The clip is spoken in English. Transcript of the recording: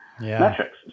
metrics